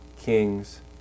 kings